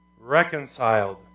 Reconciled